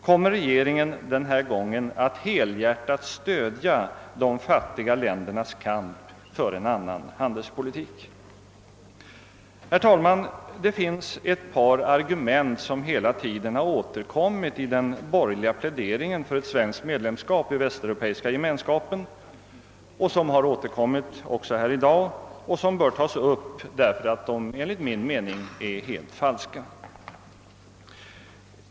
Kommer regeringen den här gången att helhjärtat stödja de fattiga ländernas kamp för en annan handelspolitik? Herr talman! Det finns ett par argument som hela tiden återkommit i den borgerliga pläderingen för svenskt medlemskap i Västeuropeiska gemenskapen och som också gjort det i dag. Det bör tas upp därför att de, enligt min mening, är helt falska.